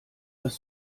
das